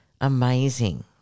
Amazing